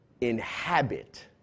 inhabit